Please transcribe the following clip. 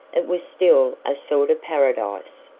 it was still a sort of paradise.